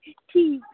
ठीक